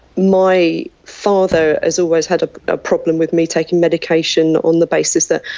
my father has always had ah a problem with me taking medication on the basis that,